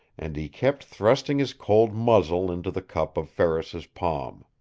and he kept thrusting his cold muzzle into the cup of ferris's palm.